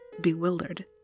bewildered